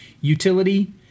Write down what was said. utility